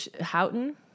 Houghton